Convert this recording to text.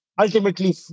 ultimately